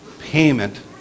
payment